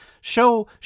show